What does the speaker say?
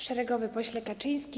Szeregowy Pośle Kaczyński!